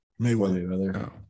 Mayweather